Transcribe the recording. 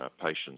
patients